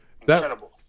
Incredible